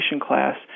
class